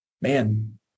Man